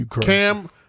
Cam